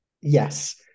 Yes